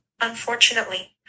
Unfortunately